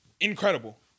Incredible